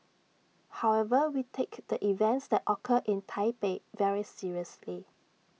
however we take the events that occurred in Taipei very seriously